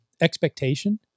expectation